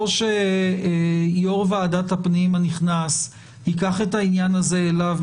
או שיו"ר ועדת הפנים הנכנס ייקח את העניין הזה אליו,